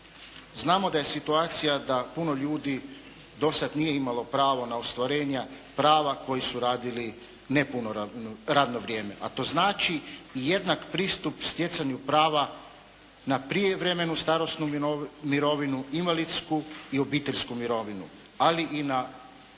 Znamo da je situacija da puno ljudi do sada nije imalo pravo na ostvarenja prava koji su radili ne puno radno vrijeme, a to znači jednak pristup stjecanju prava na prijevremenu starosnu mirovinu, invalidsku i obiteljsku mirovinu, ali i na prava